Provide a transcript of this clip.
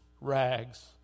rags